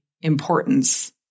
importance